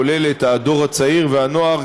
כולל את הדור הצעיר והנוער,